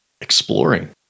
exploring